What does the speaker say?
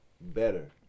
better